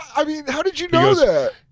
i mean how did you know that?